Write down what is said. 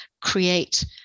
create